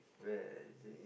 where is it